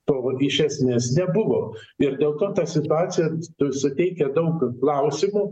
to vat iš esmės nebuvo ir dėl to ta situacija tu suteikia daug klausimų